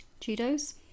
Cheetos